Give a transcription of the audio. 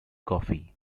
coffee